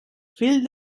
fill